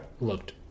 looked